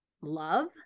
love